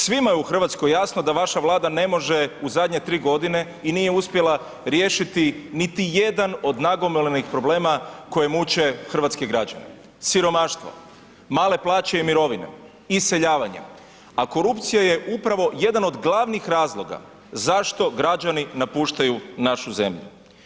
Svima je u Hrvatskoj jasno da vaše Vlada ne može u zadnje 3 godine i nije uspjela riješiti niti jedan od nagomilanih problema koji muče hrvatske građane, siromaštvo, male plaće i mirovine, iseljavanje, a korupcija je upravo jedan od glavnih razloga zašto građani napuštaju našu zemlju.